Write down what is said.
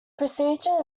procedure